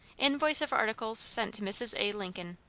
invoice of articles sent to mrs. a. lincoln